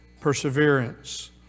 perseverance